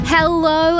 Hello